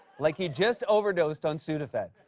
like he just overdosed on sudafed.